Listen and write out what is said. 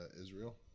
Israel